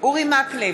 אורי מקלב,